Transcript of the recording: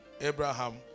Abraham